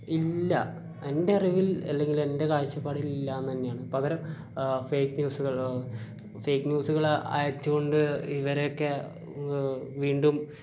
ഇല്ല എൻ്ററിവിൽ അല്ലെങ്കിൽ എൻ്റെ കാഴ്ചപ്പാടിൽ ഇല്ലാന്ന് തന്നെയാണ് പകരം ഫേക്ക് ന്യൂസുക്ലോ ഫേക്ക് ന്യൂസ്കൾ അയച്ച് കൊണ്ട് ഇവരോക്കെ വീണ്ടും